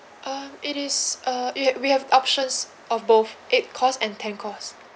um it is uh we have we have options of both eight course and ten course